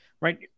right